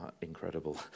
incredible